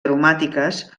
aromàtiques